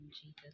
jesus